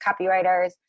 copywriters